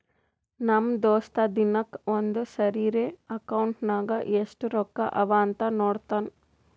ನಮ್ ದೋಸ್ತ ದಿನಕ್ಕ ಒಂದ್ ಸರಿರೇ ಅಕೌಂಟ್ನಾಗ್ ಎಸ್ಟ್ ರೊಕ್ಕಾ ಅವಾ ಅಂತ್ ನೋಡ್ತಾನ್